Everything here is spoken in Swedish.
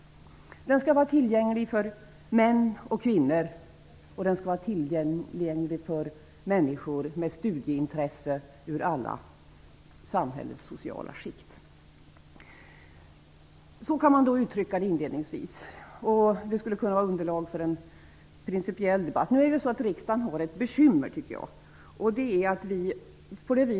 Den skall vara tillgänglig för män och kvinnor samt för människor med studieintresse från alla sociala samhällsskikt. Så kan man inledningsvis uttrycka sig, och detta skulle kunna utgöra ett underlag för en principiell debatt. Men riksdagen har, som jag ser saken, ett bekymmer.